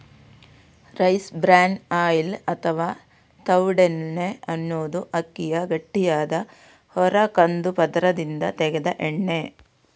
rice bran oil ಅಥವಾ ತವುಡೆಣ್ಣೆ ಅನ್ನುದು ಅಕ್ಕಿಯ ಗಟ್ಟಿಯಾದ ಹೊರ ಕಂದು ಪದರದಿಂದ ತೆಗೆದ ಎಣ್ಣೆ